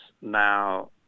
now